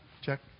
check